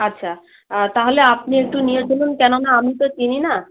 আচ্ছা তাহলে আপনি একটু নিয়ে চলুন কেন না আমি তো চিনি না